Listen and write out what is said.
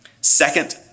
Second